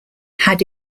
had